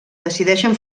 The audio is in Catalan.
decideixen